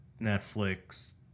Netflix